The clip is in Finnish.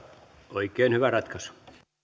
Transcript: oikein hyvä ratkaisu